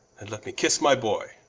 and let me kisse my boy